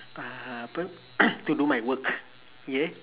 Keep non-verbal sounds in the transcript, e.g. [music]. uh apa [coughs] to do my work ya